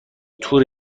تور